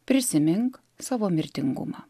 prisimink savo mirtingumą